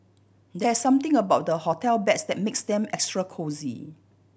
there's something about the hotel beds that makes them extra cosy